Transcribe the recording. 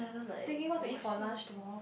thinking what to eat for lunch tomorrow